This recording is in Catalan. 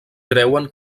creuen